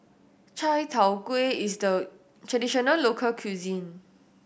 Chai Tow Kuay is a traditional local cuisine